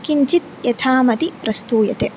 किञ्चित् यथामति प्रस्तूयते